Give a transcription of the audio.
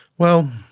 well,